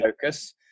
focus